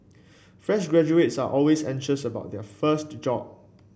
fresh graduates are always anxious about their first job